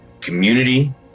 community